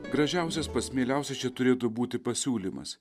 gražiausias pats mieliausias čia turėtų būti pasiūlymas